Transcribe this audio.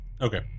Okay